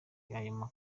iyo